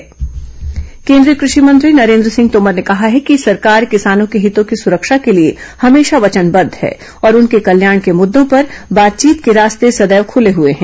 केन्द्रीय कृषि मंत्री केन्द्रीय कृषि मंत्री नरेन्द्र सिंह तोमर ने कहा है कि सरकार किसानों के हितों की सुरक्षा के लिए हमेशा वचनबद्ध है और उनके कल्याण के मुद्दों पर बातचीत के रास्ते सदैव खुले हुए हैं